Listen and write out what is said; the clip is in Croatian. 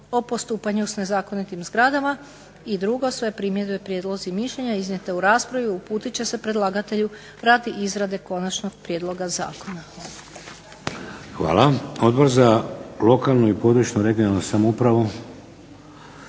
o postupanju s nezakonitim zgradama. I drugo, sve primjedbe, prijedlozi i mišljenja iznijete u raspravi uputit će se predlagatelju radi izrade konačnog prijedloga zakona. **Šeks, Vladimir (HDZ)** Hvala. Odbor za lokalnu i područnu (regionalnu) samoupravu?